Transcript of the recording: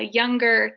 younger